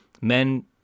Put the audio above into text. men